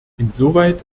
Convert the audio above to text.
insoweit